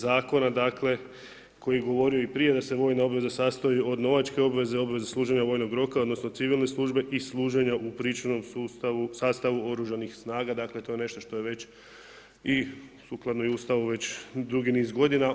Zakona, dakle, koji je govorio i prije da se vojna obveza sastoji od novačke obveze, obveze služenja vojnog roka, odnosno, civilne službe i služenja u pričuvnom sastavu oružanih snaga, dakle to je nešto što je već i sukladno i Ustavu već dugi niz godina.